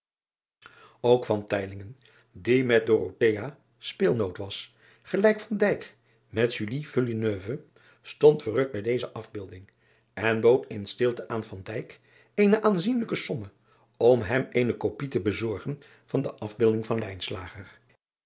ijnslager die met speelnoot was gelijk met stond verrukt bij deze afbeelding en bood in stilte aan eane aanzienlijke somme om hem eene kopij te bezorgen van de afbeelding van